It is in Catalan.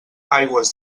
aigües